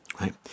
right